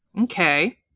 Okay